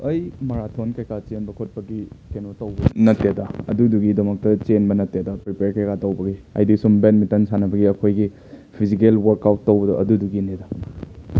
ꯑꯩ ꯃꯔꯥꯊꯣꯟ ꯀꯩꯀꯥ ꯆꯦꯟꯕ ꯈꯣꯠꯄꯒꯤ ꯀꯩꯅꯣ ꯇꯧꯕ ꯅꯠꯇꯦꯗ ꯑꯗꯨꯗꯨꯒꯤꯗꯃꯛꯇ ꯆꯦꯟꯕ ꯅꯠꯇꯦꯗ ꯄ꯭ꯔꯤꯄꯤꯌꯔ ꯀꯩꯀꯥ ꯇꯧꯕꯒꯤ ꯍꯥꯏꯗꯤ ꯁꯨꯝ ꯕꯦꯗꯃꯤꯟꯇꯟ ꯁꯥꯟꯅꯕꯒꯤ ꯑꯩꯈꯣꯏꯒꯤ ꯐꯤꯖꯤꯀꯦꯜ ꯋꯥꯔꯛ ꯑꯥꯎꯠ ꯇꯧꯕꯗꯣ ꯑꯗꯨꯗꯨꯒꯤꯅꯤꯗ